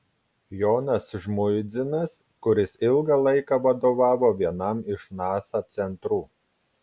jonas žmuidzinas kuris ilgą laiką vadovavo vienam iš nasa centrų